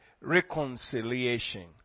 reconciliation